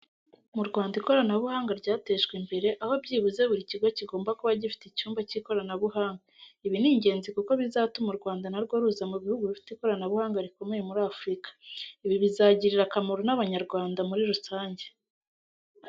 Mu Rwanda ikoranabuhanga ryatejwe imbere, aho byibuze buri kigo kigomba kuba gifite icyumba cy'ikoranabuhanga. Ibi ni ingezi kuko bizatuma u Rwanda na rwo ruza mu bihugu bifite ikoranabuhanga rikomeye muri Afurika. Ibi bizagirira akamaro n'Abanyarwanda muri rusange.